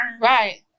Right